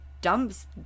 dumps